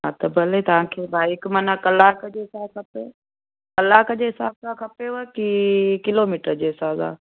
हा त भले तव्हांखे बाईक माना कलाक जे हिसाब सां खपे कलाक जे हिसाब सां खपेव की किलो मीटर जे हिसाब सां